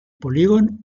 polígon